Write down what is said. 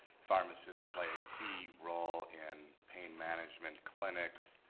pharmacists play a key role in pain management clinics,